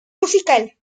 musical